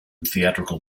theatrical